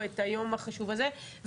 כן,